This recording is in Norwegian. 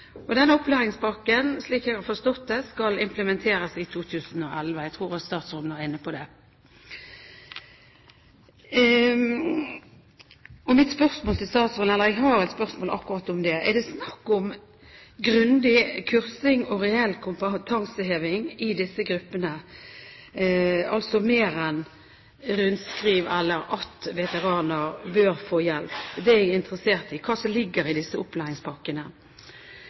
opplæringspakken, slik jeg har forstått det, skal implementeres i 2011 – jeg tror at statsråden var inne på det. Jeg har et spørsmål om akkurat det: Er det snakk om grundig kursing og reell kompetanseheving i disse gruppene, altså mer enn rundskriv eller at veteraner bør få hjelp? Det er jeg interessert i – hva som ligger i disse opplæringspakkene.